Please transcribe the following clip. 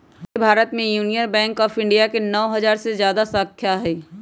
पूरे भारत में Union Bank of India के नौ हजार से जादा शाखा हई